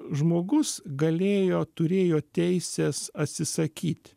žmogus galėjo turėjo teisės atsisakyt